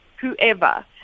whoever